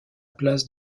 place